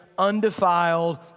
undefiled